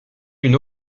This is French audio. une